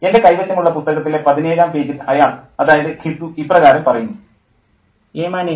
എൻ്റെ കൈവശമുള്ള പുസ്തകത്തിലെ 17 ാം പേജിൽ അയാൾ അതായത് ഘിസു ഇപ്രകാരം പറയുന്നു " ഏമാനേ